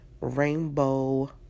Rainbow